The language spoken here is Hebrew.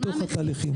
בתוך התהליכים.